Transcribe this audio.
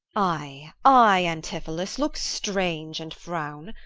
ay, ay, antipholus, look strange and frown.